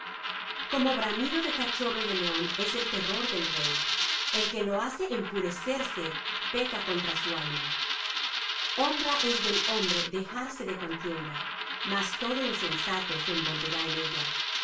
como bramido de cachorro de león es el terror del rey el que lo hace enfurecerse peca contra su alma honra es del hombre dejarse de contienda mas todo insensato se envolverá en ella